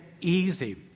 easy